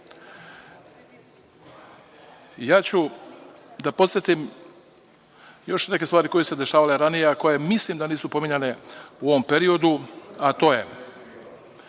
ću da podsetim na još neke stvari koje su se dešavale ranije, a koje mislim da nisu pominjanje u ovom periodu, a to je